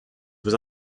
with